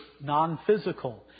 non-physical